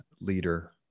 leader